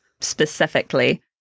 specifically